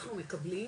שאנחנו מקבלים,